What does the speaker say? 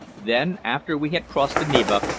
then, after we had crossed the neva,